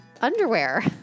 underwear